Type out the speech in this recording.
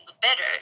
better